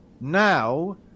Now